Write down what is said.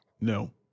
no